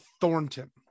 thornton